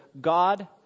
God